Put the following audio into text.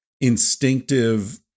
instinctive